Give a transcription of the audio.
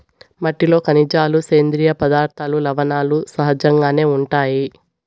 మట్టిలో ఖనిజాలు, సేంద్రీయ పదార్థాలు, లవణాలు సహజంగానే ఉంటాయి